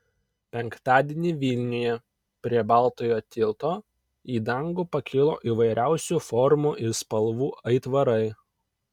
penktadienį vilniuje prie baltojo tilto į dangų pakilo įvairiausių formų ir spalvų aitvarai